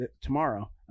tomorrow